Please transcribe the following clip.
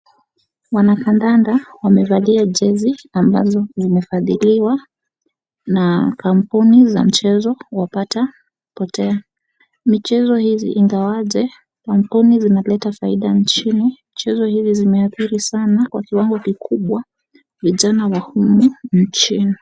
Wanakandada wamevalia jezi ambazo zimefadhiliwa na kampuni za mchezo wa Pata Potea. Michezo hizi ingawaje kampuni zinaleta faida nchini michezo hizi zimeadhiri sana kwa kiwango kikubwa vijana wa humu nchini.